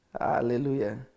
Hallelujah